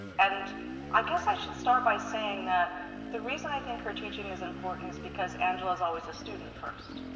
and i guess i should start by saying that the reason i think her teaching is important is because angela is always a student first.